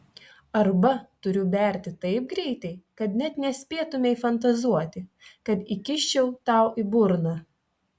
arba turiu berti taip greitai kad net nespėtumei fantazuoti kad įkiščiau tau į burną